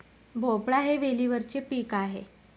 भोपळा हे वेलीवरचे पीक आहे